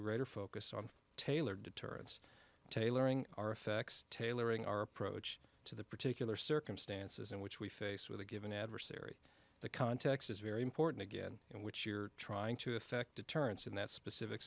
greater focus on tailor deterrence tailoring our effects tailoring our approach to the particular circumstances in which we face with a given adversary the context is very important again in which you're trying to effect deterrence in that specific